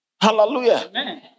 Hallelujah